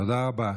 תודה רבה.